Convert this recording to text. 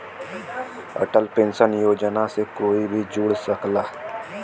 Atal pension योजना से कोई भी जुड़ सकला